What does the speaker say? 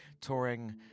touring